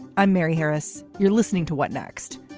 i'm mary harris. you're listening to what next.